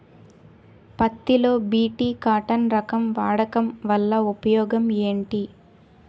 పత్తి లో BT cotton రకం వాడకం వల్ల ఉపయోగం ఏమిటి?